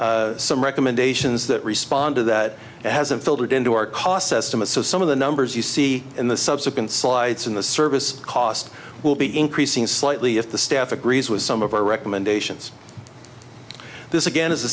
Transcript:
in some recommendations that responded that it hasn't filtered into our cost estimates so some of the numbers you see in the subsequent slides in the service cost will be increasing slightly if the staff agrees with some of our recommendations this again is the